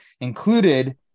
included